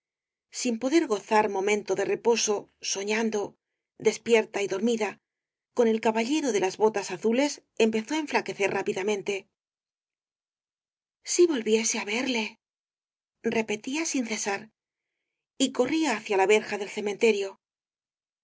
sin poder gozar morosalía de castro mentó de reposo soñando despierta y dormida con el caballero de las botas azules empezó á enflaquecer rápidamente si volviese averie repetía sin cesar y corría hacia la verja del cementerio